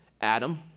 Adam